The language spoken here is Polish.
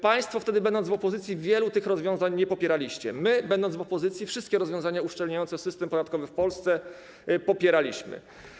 Państwo wtedy, będąc w opozycji, wielu tych rozwiązań nie popieraliście, my, będąc w opozycji, wszystkie rozwiązania uszczelniające system podatkowy w Polsce popieraliśmy.